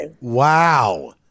wow